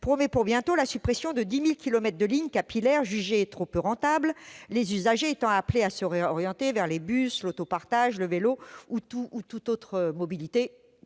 promet pour bientôt la suppression de 10 000 kilomètres de lignes capillaires jugées trop peu rentables, les usagers étant appelés à se réorienter vers les bus, l'autopartage, le vélo ou toute autre mobilité